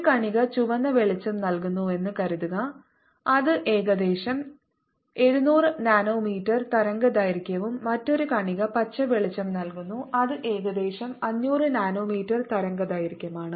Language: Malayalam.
ഒരു കണിക ചുവന്ന വെളിച്ചം നൽകുന്നുവെന്ന് കരുതുക അത് ഏകദേശം 700 നാനോമീറ്റർ തരംഗദൈർഘ്യവും മറ്റൊരു കണിക പച്ച വെളിച്ചം നൽകുന്നു ഇത് ഏകദേശം 500 നാനോമീറ്റർ തരംഗദൈർഘ്യമാണ്